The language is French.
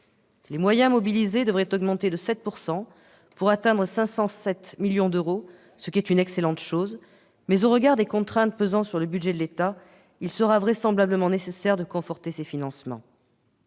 Les moyens mobilisés devraient augmenter de 7 %, pour atteindre 507 millions d'euros. C'est une excellente chose, mais, au regard des contraintes pesant sur le budget de l'État, il sera vraisemblablement nécessaire de conforter ces financements.